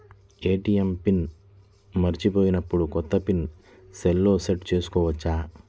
ATM PIN మరచిపోయినప్పుడు, కొత్త PIN సెల్లో సెట్ చేసుకోవచ్చా?